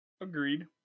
Agreed